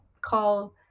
call